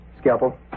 Scalpel